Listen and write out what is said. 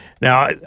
Now